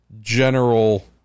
general